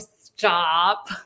stop